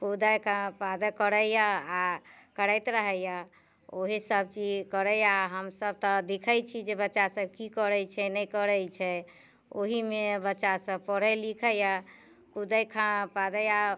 कूदैत कादै करैए आ करैत रहैए ओहीसभ चीज करैए हमसभ तऽ देखैत छी जे बच्चासभ की करैत छै नहि करैत छै ओहिमे बच्चासभ पढ़ै लिखैए कूदै ये